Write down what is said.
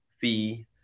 fee